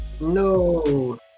No